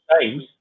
times